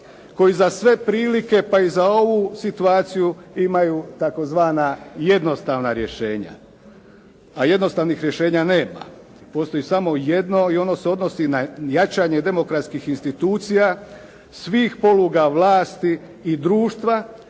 koji za sve prilike pa i za ovu situaciju imaju tzv. jednostavna rješenja. A jednostavnih rješenja nema. Postoji samo jedno i ono se odnosi na jačanje demokratskih institucija svih poluga vlasti i društva